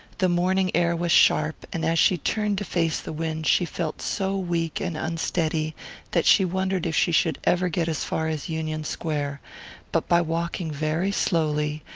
the morning air was sharp, and as she turned to face the wind she felt so weak and unsteady that she wondered if she should ever get as far as union square but by walking very slowly,